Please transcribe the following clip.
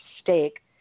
stake